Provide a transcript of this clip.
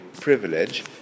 privilege